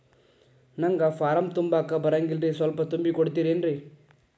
ನಂಗ ಫಾರಂ ತುಂಬಾಕ ಬರಂಗಿಲ್ರಿ ಸ್ವಲ್ಪ ತುಂಬಿ ಕೊಡ್ತಿರೇನ್ರಿ?